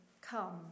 come